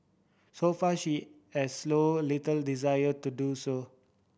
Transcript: so far she has slow little desire to do so